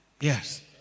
Yes